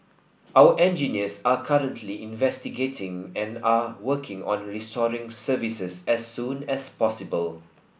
our engineers are currently investigating and are working on restoring services as soon as possible